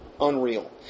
unreal